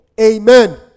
amen